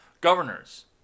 governors